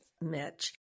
Mitch